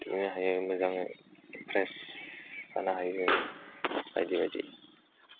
दुगैनो हायो मोजांनो फ्रेस जानो हायो बायदि बायदि